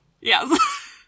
Yes